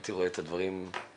הייתי רואה את הדברים אחרת.